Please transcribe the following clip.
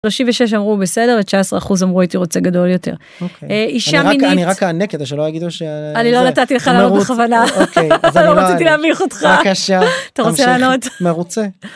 36 אמרו בסדר ו-19% אמרו הייתי רוצה גדול יותר. אישה מינית אני רק אענה כדי שלא יגידו ש... זה. אני לא נתתי לך לענות בכוונה, לא רציתי להביך אותך. בבקשה. אתה רוצה לענות? מרוצה.